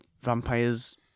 vampires